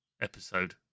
episode